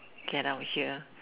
get out here